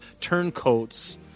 turncoats